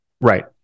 Right